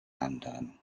anderen